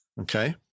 Okay